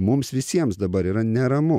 mums visiems dabar yra neramu